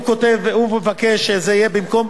הוא מבקש שזה יהיה במקום,